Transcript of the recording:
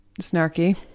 snarky